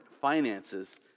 finances